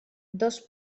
dos